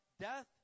death